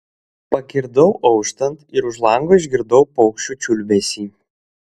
pakirdau auštant ir už lango išgirdau paukščių čiulbesį